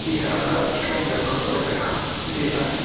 बिहार राज्य का मुजफ्फरपुर का जिला है